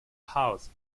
house